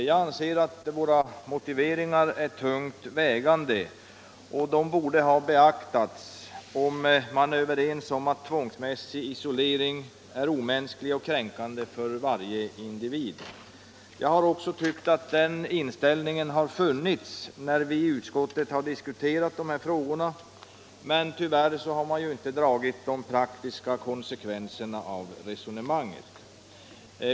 Jag anser att våra motiveringar är tungt vägande och borde ha beaktats om man är överens om att tvångsmässig isolering är omänsklig och kränkande för varje individ. Jag har också tyckt att den inställningen har funnits när vi i utskottet har diskuterat dessa frågor, men tyvärr har man inte dragit de praktiska konsekvenserna av resonemanget.